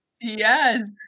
Yes